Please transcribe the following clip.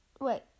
wait